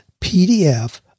PDF